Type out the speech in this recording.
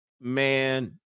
Man